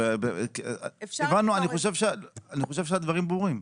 אני חושב שהדברים ברורים.